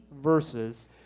verses